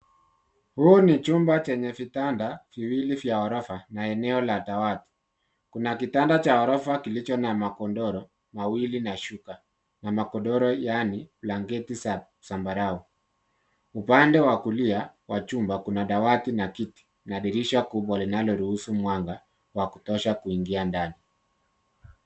Huu ni chumba chenye vitanda viwili vya ghorofa na eneo la dawati. Kuna kitanda cha ghorofa kilicho na magodoro mawili na shuka na magodoro yaani blanketi za zambarau. Upande wa kulia wa chumba kuna dawati na kiti na dirisha kubwa linaloruhusu mwanga wa kutosha kuingia ndani.